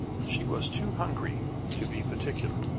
she was too hungry to be particular,